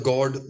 God